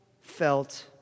felt